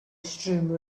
streamer